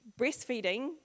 breastfeeding